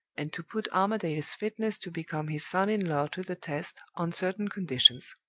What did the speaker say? and to put armadale's fitness to become his son-in-law to the test, on certain conditions.